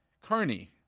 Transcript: Carney